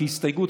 כהסתייגות,